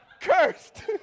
cursed